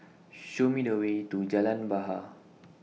Show Me The Way to Jalan Bahar